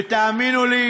ותאמינו לי,